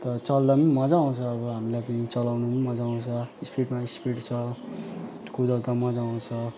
तर चल्दा पनि मजा आउँछ अब हामीलाई पनि चलाउनु पनि मजा आउँछ स्पिडमा स्पिड छ कुदाउँदा मजा आउँछ